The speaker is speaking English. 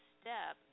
step